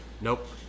Nope